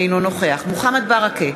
אינו נוכח מוחמד ברכה,